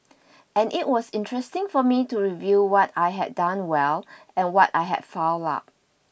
and it was interesting for me to review what I had done well and what I had fouled up